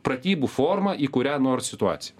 pratybų forma į kurią nors situaciją